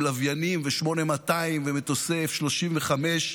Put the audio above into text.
עם לוויינים ו-8200 ומטוסי F-35,